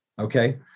okay